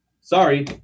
sorry